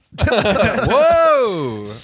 Whoa